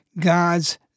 God's